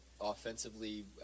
Offensively